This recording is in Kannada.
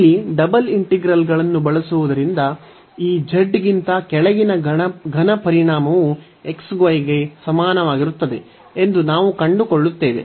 ಇಲ್ಲಿ ಡಬಲ್ ಇಂಟಿಗ್ರಲ್ಗಳನ್ನು ಬಳಸುವುದರಿಂದ ಈ z ಗಿಂತ ಕೆಳಗಿನ ಘನ ಪರಿಮಾಣವು xy ಗೆ ಸಮಾನವಾಗಿರುತ್ತದೆ ಎಂದು ನಾವು ಕಂಡುಕೊಳ್ಳುತ್ತೇವೆ